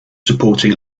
supporting